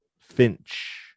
Finch